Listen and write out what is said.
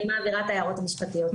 אני מעירה את ההערות המשפטיות שלי.